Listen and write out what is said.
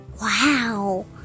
Wow